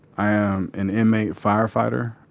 i am an inmate firefighter,